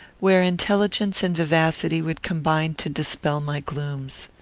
where intelligence and vivacity would combine to dispel my glooms.